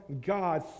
God